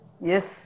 yes